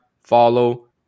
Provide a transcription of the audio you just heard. follow